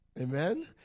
Amen